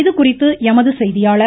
இதுகுறித்து எமது செய்தியாளர்